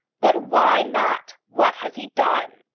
but why not? what has he done?